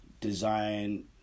design